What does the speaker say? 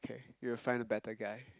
okay you will find a better guy